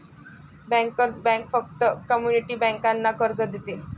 bankers bank फक्त community बँकांना कर्ज देते